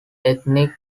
ethnic